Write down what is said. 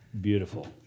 beautiful